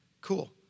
cool